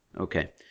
Okay